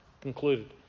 concluded